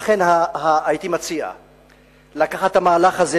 לכן הייתי מציע לקחת את המהלך הזה,